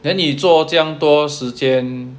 then 你做这样多时间